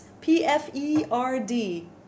P-F-E-R-D